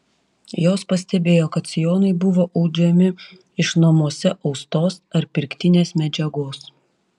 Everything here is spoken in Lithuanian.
jos pastebėjo kad sijonai buvo audžiami iš namuose austos ar pirktinės medžiagos